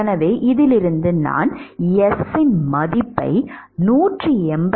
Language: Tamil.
எனவே இதிலிருந்து நான் S இன் மதிப்பை 183